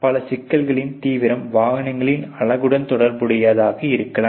பல சிக்கல்களின் தீவிரம் வாகனங்களின் அழகுடன் தொடர்புடையதாக இருக்கலாம்